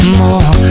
more